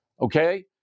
okay